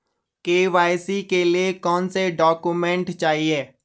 KYC के लिए कौनसे डॉक्यूमेंट चाहिये?